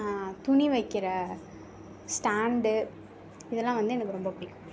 துணி வைக்கிற ஸ்டாண்டு இதெல்லாம் வந்து எனக்கு ரொம்ப பிடிக்கும்